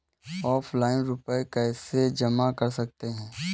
Offline रुपये कैसे जमा कर सकते हैं?